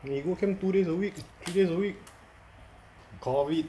he go camp two days a week three days a week COVID